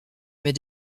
mais